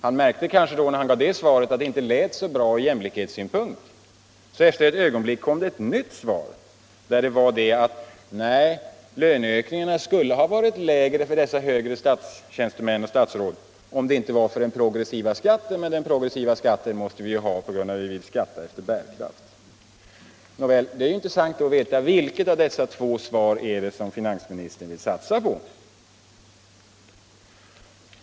Men när han gav det svaret märkte han kanske att det inte lät så bra ur jämlikhetssynpunkt, och efter ett ögonblick kom han därför med ett nytt svar, som var ungefär så här: Nej, löneökningarna skulle ha varit mindre för dessa högre tjänstemän och statsråd, om det inte hade varit för den progressiva skatten — men den måste vi ju ha eftersom vi skattar efter bärkraft. Nåväl, men då är det intressant att veta: Vilket av dessa två svar är det som finansministern vill satsa på?